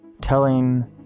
telling